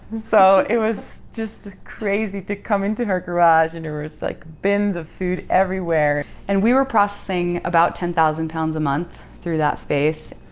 so it was just crazy to come into her garage and there was like bins of food everywhere. and we were processing about ten thousand pounds a month through that space,